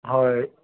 হয়